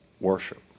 worship